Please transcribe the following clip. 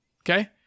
Okay